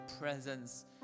presence